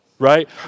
right